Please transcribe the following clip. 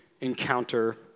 encounter